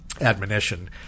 admonition